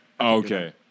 okay